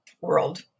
world